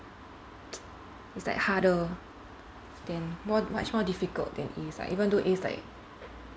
it's like harder than more much more difficult than As lah even though As like